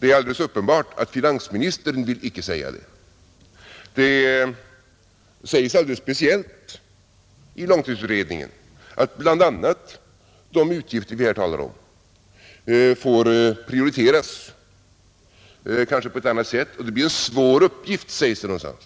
Det är uppenbart att finansministern inte vill göra det. Det säges alldeles speciellt i långtidsutredningen att de utgifter som vi här talar om kanske får prioriteras på ett annat sätt, och det blir en svår avvägning att göra, sägs det någonstans.